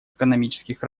экономических